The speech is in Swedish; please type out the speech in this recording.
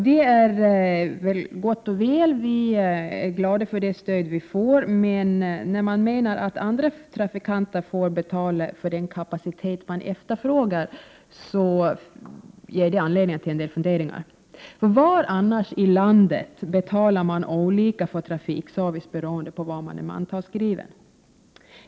Det är gott och väl — vi är glada för det stöd vi får — men när andra trafikanter får betala för den kapacitet som efterfrågas ger det anledning till en del funderingar. Var i landet betalar man annars olika för trafikservice beroende på var man är mantalsskriven?